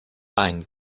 ein